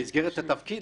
-- במסגרת התפקיד